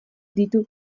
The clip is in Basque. ditu